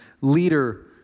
leader